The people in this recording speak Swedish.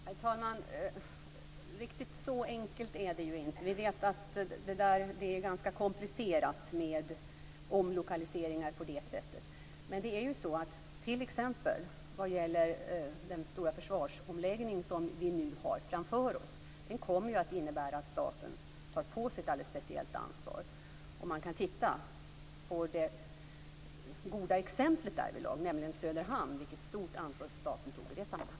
Herr talman! Riktigt så enkelt är det ju inte. Det är ganska komplicerat med omlokaliseringar. Men t.ex. den stora försvarsomläggning som vi nu har framför oss kommer att innebära att staten tar på sig ett alldeles speciellt ansvar. Man kan titta på det goda exemplet därvidlag, nämligen Söderhamn, och det stora ansvar som staten tog i det sammanhanget.